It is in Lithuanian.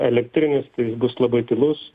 elektrinis ir bus labai tylus